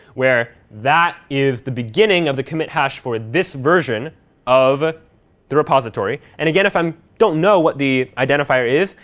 where that is the beginning of the commit hash for this version of ah the repository. and again, if i um don't know what the identifier is,